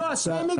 --- לא, שלכם.